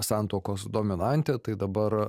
santuokos dominantė tai dabar